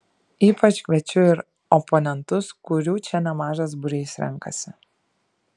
ypač kviečiu ir oponentus kurių čia nemažas būrys renkasi